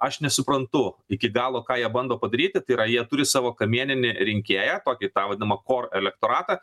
aš nesuprantu iki galo ką jie bando padaryti tai yra jie turi savo kamieninį rinkėją tokį tą vadinamą kor elektoratą